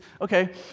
okay